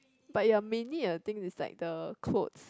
but it may need a thing with like the clothes